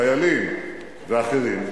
חיילים ואחרים,